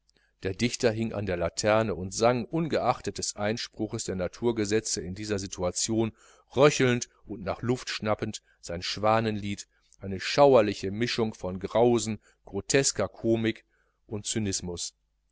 der dichter hing an der laterne und sang ungeachtet des einspruchs der naturgesetze in dieser situation röchelnd und nach luft schnappend sein schwanenlied eine schauerliche mischung von grausen grotesker komik und cynismus